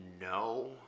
No